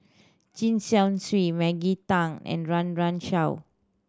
Chen Chong Swee Maggie Teng and Run Run Shaw